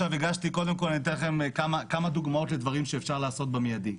אתן לכם כמה דוגמאות למה שאפשר לעשות במידי: